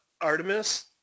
Artemis